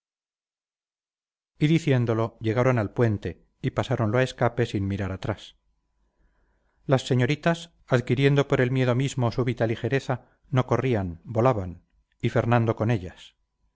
diciéndolo llegaron al puente y pasáronlo a escape sin mirar atrás las señoritas adquiriendo por el miedo mismo súbita ligereza no corrían volaban y fernando con ellas